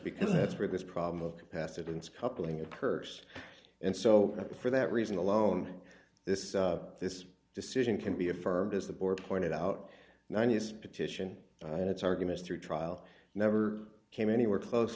because that's where this problem of capacitance coupling a curse and so for that reason alone this this decision can be affirmed as the board pointed out ninety s petition and its arguments through trial never came anywhere close